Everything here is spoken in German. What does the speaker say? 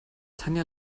tanja